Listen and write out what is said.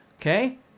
okay